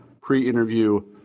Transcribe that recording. pre-interview